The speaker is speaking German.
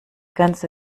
ganze